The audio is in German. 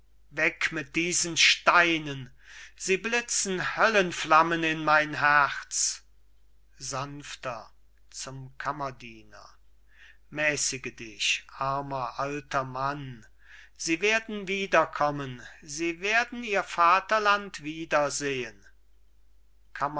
weg mit diesen steinen sie blitzen höllenflammen in mein herz sanfter zum kammerdiener mäßige dich armer alter mann sie werden wieder kommen sie werden ihr vaterland wieder